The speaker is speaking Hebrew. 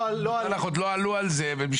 לא עלינו על זה.